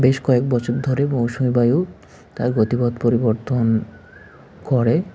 বেশ কয়েক বছর ধরে মৌসুমি বায়ু তার গতিপথ পরিবর্তন করে